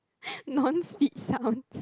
non speech sounds